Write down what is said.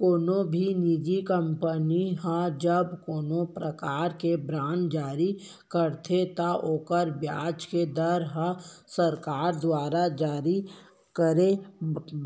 कोनो भी निजी कंपनी ह जब कोनों परकार के बांड जारी करथे त ओकर बियाज के दर ह सरकार दुवारा जारी करे